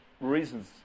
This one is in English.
reasons